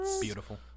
Beautiful